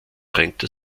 trennte